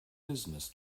business